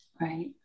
right